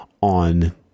on